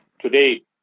Today